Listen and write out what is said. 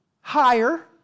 higher